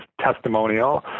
testimonial